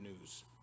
news